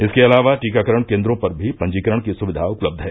इसके अलावा टीकाकरण केन्द्रों पर भी पंजीकरण की सुविधा उपलब्ध है